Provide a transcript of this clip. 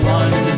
one